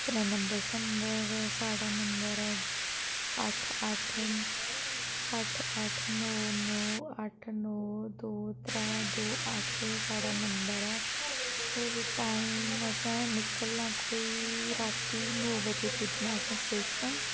अपना नंबर शंबर साढ़ा नंबर ऐ अट्ठ अट्ठ अट्ठ अट्ठ नौ नौ अट्ठ नौ दो त्रै दो अट्ठ एह् साढ़ा नंबर ऐ होर टाइम असें निकलना कोई रातीं नौ बजे पुज्जना असें स्टेशन